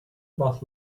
about